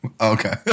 Okay